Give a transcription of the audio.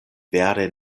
vere